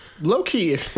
Low-key